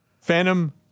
Phantom